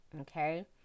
okay